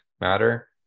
matter